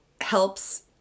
helps